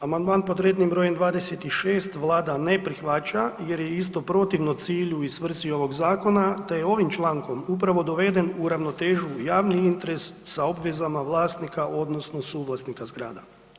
Amandman pod rednim brojem 26 Vlada ne prihvaća jer je isto protivno cilju i svrsi ovog zakona te je ovim člankom upravo doveden u ravnotežu javni interes sa obvezama vlasnika odnosno suvlasnika zgrada.